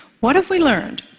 what have we learned?